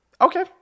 Okay